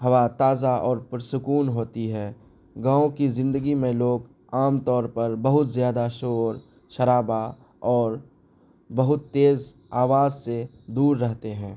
ہوا تازہ اور پرسکون ہوتی ہے گاؤں کی زندگی میں لوگ عام طور پر بہت زیادہ شور شرابا اور بہت تیز آواز سے دور رہتے ہیں